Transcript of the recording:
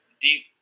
deep